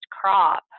crop